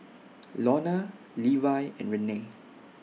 Lorna Levi and Renae